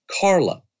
Carla